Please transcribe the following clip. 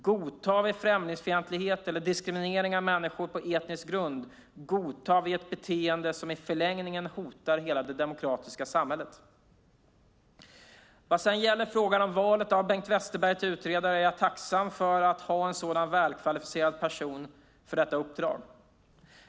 Godtar vi främlingsfientlighet eller diskriminering av människor på etnisk grund godtar vi ett beteende som i förlängningen hotar hela det demokratiska samhället. Vad gäller frågan om valet av Bengt Westerberg till utredare är jag tacksam för att ha en sådan välkvalificerad person för detta uppdrag.